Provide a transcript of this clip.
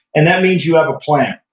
and that means you have plan.